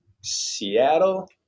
Seattle